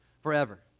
forever